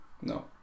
No